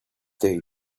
day